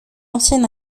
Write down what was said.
ancien